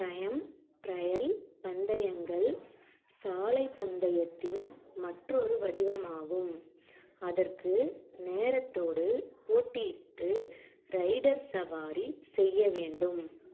time trial பந்தயங்கள் சாலை பந்தயத்தின் மற்றொரு வடிவமாகும் அதற்கு நேரத்தோடு போட்டியிட்டு ரைடர் சவாரி செய்ய வேண்டும்